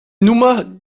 nummer